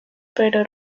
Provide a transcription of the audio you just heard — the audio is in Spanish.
pero